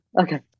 Okay